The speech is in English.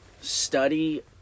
study